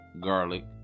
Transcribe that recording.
garlic